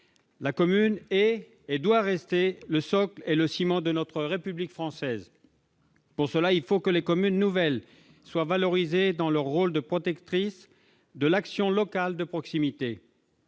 la commune est et doit rester le socle et le ciment de notre République française. Pour cela, il faut que les communes nouvelles soient valorisées dans leur rôle de protectrices de l'action locale de proximité.